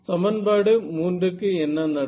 சமன்பாடு 3 க்கு என்ன நடக்கும்